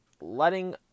letting